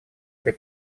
этой